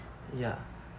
ya